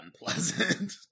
unpleasant